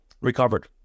recovered